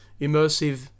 immersive